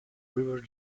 river